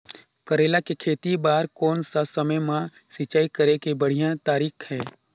करेला के खेती बार कोन सा समय मां सिंचाई करे के बढ़िया तारीक हे?